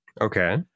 okay